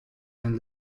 and